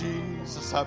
Jesus